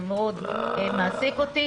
זה מאוד מעסיק אותי.